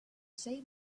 say